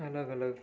અલગ અલગ